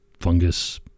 Fungus